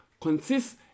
consists